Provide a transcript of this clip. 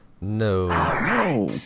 No